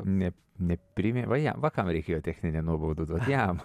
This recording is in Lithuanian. ne nepriminė o jam va kam reikėjo techninę nuobaudą duot jam